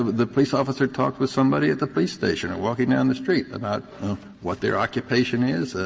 the police officer talked with somebody at the police station, or walking down the street about what their occupation is,